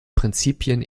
prinzipien